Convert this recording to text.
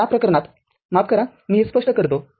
तर या प्रकरणात माफ करा मी हे स्पष्ट करतो